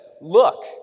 Look